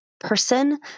person